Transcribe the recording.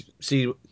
See